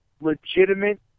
legitimate